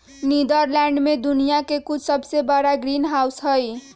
Netherlands में दुनिया के कुछ सबसे बड़ा ग्रीनहाउस हई